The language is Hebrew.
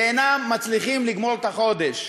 ואינם מצליחים לגמור את החודש.